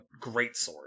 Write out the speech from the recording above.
greatsword